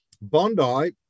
bondi